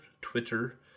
Twitter